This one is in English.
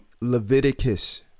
Leviticus